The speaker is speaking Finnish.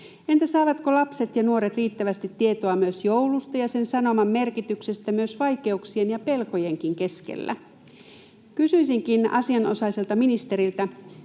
Entä saavatko lapset ja nuoret riittävästi tietoa myös joulusta ja sen sanoman merkityksestä myös vaikeuksien ja pelkojenkin keskellä? Kysyisinkin asianosaiselta ministeriltä: